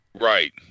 Right